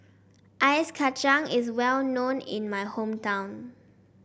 Ice Kachang is well known in my hometown